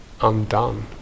undone